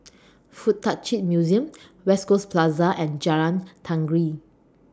Fuk Tak Chi Museum West Coast Plaza and Jalan Tenggiri